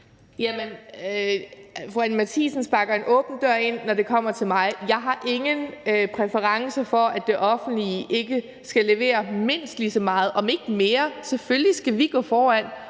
fru Anni Matthiesen sparker en åben dør ind, når det kommer til mig. Jeg har ingen præference for, at det offentlige ikke skal levere mindst lige så meget, om ikke mere. Selvfølgelig skal vi gå foran,